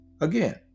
Again